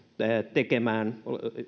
tekemään